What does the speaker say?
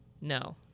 No